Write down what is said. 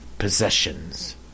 possessions